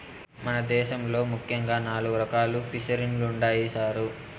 మన దేశంలో ముఖ్యంగా నాలుగు రకాలు ఫిసరీలుండాయి సారు